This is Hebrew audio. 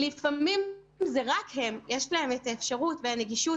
ולפעמים אלה רק הם - יש את האפשרות והנגישות